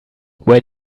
when